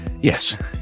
Yes